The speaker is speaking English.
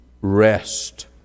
rest